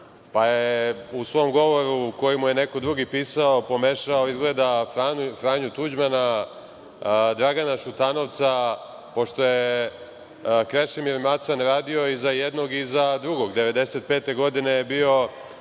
pa je u svom govoru, koji mu je neko drugi pisao, pomešao izgleda Franju Tuđmana, Dragana Šutanovca, pošto je Krešimir Macan radio i za jednog i za drugog, 1995. godine je bio